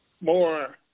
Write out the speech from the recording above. more